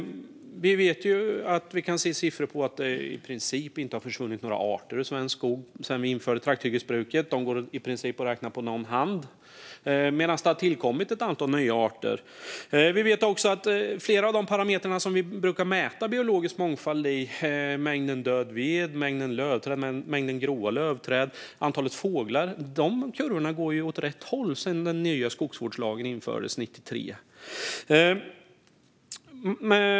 Vi kan ju se siffror på att nästan inga arter har försvunnit ur den svenska skogen sedan vi införde trakthyggesbruk. De arter som försvunnit går i princip att räkna på en hand, och ett antal nya arter har tillkommit. Vi vet också att kurvorna för flera av de parametrar som vi brukar mäta biologisk mångfald med - mängden död ved, mängden lövträd, mängden grova lövträd, antalet fåglar - går åt rätt håll sedan den nya skogsvårdslagen infördes 1993.